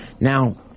Now